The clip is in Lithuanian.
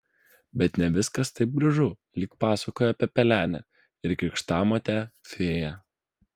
bet ne viskas taip gražu lyg pasakoje apie pelenę ir krikštamotę fėją